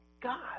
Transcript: God